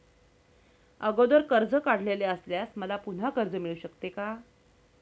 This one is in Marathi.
अगोदर कर्ज काढलेले असल्यास मला पुन्हा कर्ज मिळू शकते का?